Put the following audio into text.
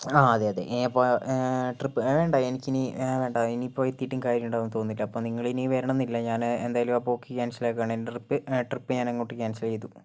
ആ അതെ അതെ ഇനിയിപ്പോൾ ട്രിപ്പ് വേണ്ട എനിക്കിനി വേണ്ട ഇനിയിപ്പോൾ എത്തിയിട്ടും കാര്യം ഉണ്ടാകുമെന്ന് തോന്നുന്നില്ല അപ്പോൾ നിങ്ങളിനി വരണമെന്നില്ല ഞാൻ എന്തായാലും ആ പോക്ക് ക്യാൻസൽ ആക്കുകയാണ് എൻ്റെ ട്രിപ്പ് ഞാനങ്ങോട്ട് ക്യാൻസൽ ചെയ്തു